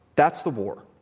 that's the war.